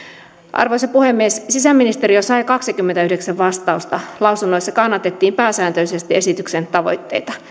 arvoisa puhemies sisäministeriö sai kaksikymmentäyhdeksän vastausta lausunnoissa kannatettiin pääsääntöisesti esityksen tavoitteita